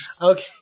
Okay